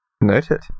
Noted